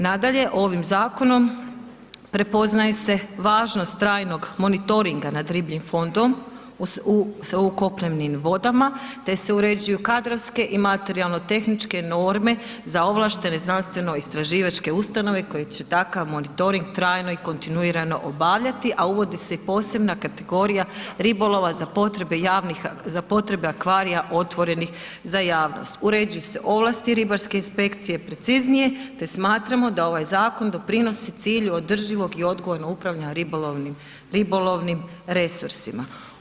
Nadalje, ovim zakonom prepoznaje se važnost trajnoj monitorniga nad ribljim fondom u kopnenim vodama te se uređuju kadrovske i materijalno-tehničke norme za ovlaštene znanstveno-istraživačke ustanove koje će takav monitorin trajno i kontinuirano obavljati, a uvodi se i posebna kategorija ribolova za potrebe javnih, za potrebe akvarija otvorenih za javnost, uređuju se ovlasti ribarske inspekcije preciznije te smatramo da ovaj zakon doprinosi cilju održivog i odgovornog upravljanja ribolovnim resursima.